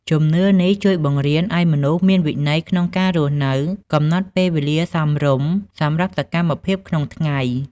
ជំនឿនេះជួយបង្រៀនឲ្យមនុស្សមានវិន័យក្នុងការរស់នៅ កំណត់ពេលវេលាសមរម្យសម្រាប់សកម្មភាពក្នុងថ្ងៃ។